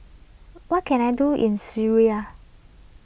what can I do in Syria